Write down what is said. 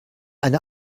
eine